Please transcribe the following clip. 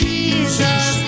Jesus